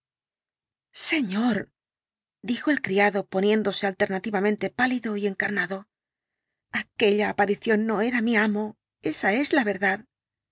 señor dijo el criado poniéndose alternativamente pálido y encarnado aquella aparición no era mi amo esa es la verdad